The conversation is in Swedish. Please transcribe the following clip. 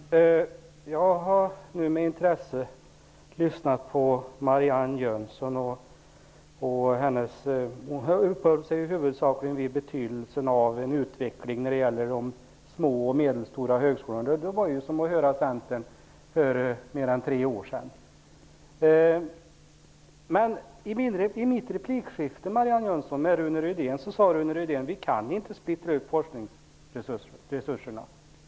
Herr talman! Jag har nu med intresse lyssnat på Marianne Jönsson. Hon uppehöll sig huvudsakligen vid betydelsen av en utveckling när det gäller de små och medelstora högskolorna. Det var som att höra Centern för mer än tre år sedan. I mitt replikskifte med Rune Rydén sade han att vi inte kan splittra upp forskningsresurserna.